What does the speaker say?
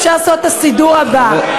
אפשר לעשות את הסידור הבא,